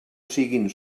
siguin